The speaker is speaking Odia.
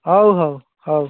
ହଉ ହଉ ହଉ